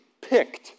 picked